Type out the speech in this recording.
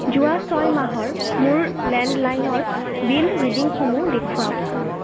যোৱা ছয় মাহৰ মোৰ লেণ্ডলাইনৰ বিল ৰিডিংসমূহ দেখুৱাওক